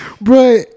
bro